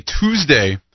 Tuesday